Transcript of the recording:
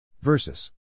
versus